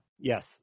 Yes